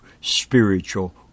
spiritual